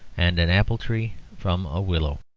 and an apple-tree from a willow.